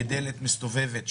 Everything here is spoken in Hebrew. בדלת מסתובבת,